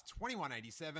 2187